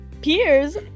peers